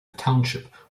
township